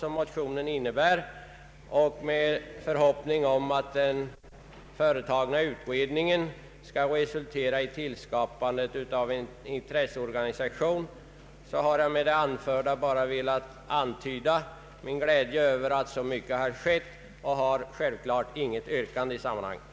Jag hoppas också att den pågående utredningen skall resultera i tillskapandet av en intresseorganisation, och jag har med det anförda bara velat antyda min glädje över att så mycket har skett. Jag har självfallet inget yrkande i sammanhanget.